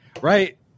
Right